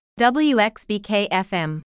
WXBK-FM